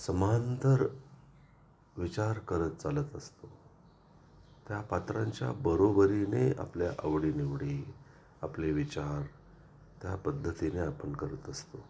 समांतर विचार करत चालत असतो त्या पात्रांच्या बरोबरीने आपल्या आवडीनिवडी आपले विचार त्या पद्धतीने आपण करत असतो